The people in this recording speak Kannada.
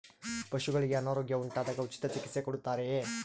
ಪಶುಗಳಿಗೆ ಅನಾರೋಗ್ಯ ಉಂಟಾದಾಗ ಉಚಿತ ಚಿಕಿತ್ಸೆ ಕೊಡುತ್ತಾರೆಯೇ?